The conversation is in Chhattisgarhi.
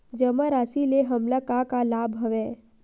जमा राशि ले हमला का का लाभ हवय?